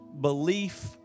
belief